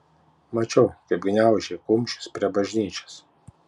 mačiau kaip gniaužei kumščius prie bažnyčios